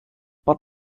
but